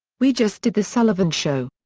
we just did the sullivan show!